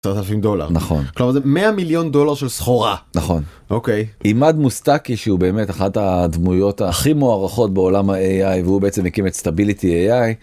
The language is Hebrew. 100 מיליון דולר של סחורה נכון אוקיי אימאד מוסטאקי שהוא באמת אחת הדמויות הכי מוערכות בעולם ה-AI והוא בעצם הקים את סטביליטי AI.